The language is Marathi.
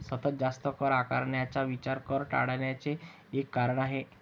सतत जास्त कर आकारण्याचा विचार कर टाळण्याचे एक कारण आहे